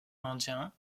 indiens